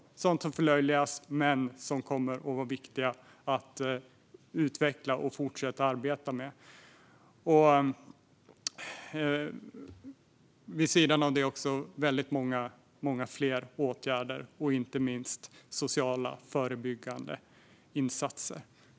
Det är sådant som förlöjligas men som kommer att vara viktigt att utveckla och fortsätta att arbeta med. Vid sidan av detta behövs många fler åtgärder, inte minst sociala förebyggande insatser.